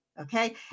Okay